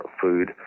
food